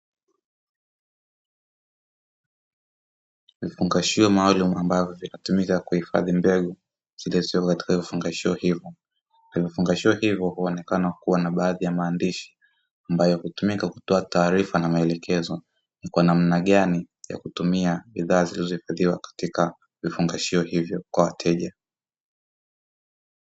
Vifungashio maalumu ambavyo vinatumika kuhifadhi mbegu zilizowekwa katika vifungashio hivyo. Na vifungashio hivyo huonekana kuwa na baadhi ya maandishi, ambayo hutumika kutoa taarifa na maelekezo ni kwa namna gani ya kutumia bidhaa zilizohifadhiwa katika vifungashio hivyo kwa wateja.